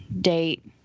date